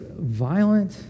violent